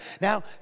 Now